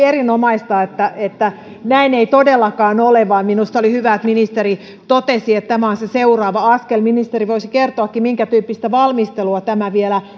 erinomaista että että näin ei todellakaan ole ja minusta oli hyvä että ministeri totesi että tämä on se seuraava askel ministeri voisikin kertoa minkä tyyppistä valmistelua tämä vielä